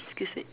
excuse me